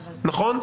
נכון?